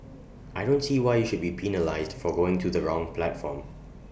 I don't see why you should be penalised for going to the wrong platform